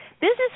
business